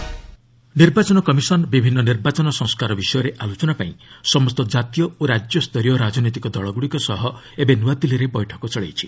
EC meeting ନିର୍ବାଚନ commission ବିଭିନ୍ନ ନିର୍ବାଚନ ସଂସ୍କାର ବିଷୟରେ ଆଲୋଚନା ପାଇଁ ସମସ୍ତ କାତୀୟ ଓ ରାକ୍ୟସ୍ତରୀୟ ରାଜନୈତିକ ଦଳଗୁଡ଼ିକ ସହ ଏବେ ନୂଆଦିଲ୍ଲୀରେ ବୈଠକ ଚଳେଇଛି